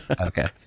Okay